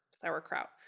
sauerkraut